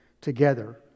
together